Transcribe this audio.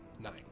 Nine